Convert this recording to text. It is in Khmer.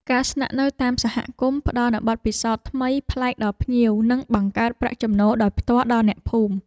ការស្នាក់នៅតាមសហគមន៍ផ្តល់នូវបទពិសោធន៍ថ្មីប្លែកដល់ភ្ញៀវ និងបង្កើតប្រាក់ចំណូលដោយផ្ទាល់ដល់អ្នកភូមិ។